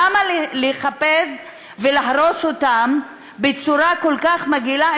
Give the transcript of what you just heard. למה לחפש ולהרוס אותם בצורה כל כך מגעילה,